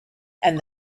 and